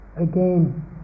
again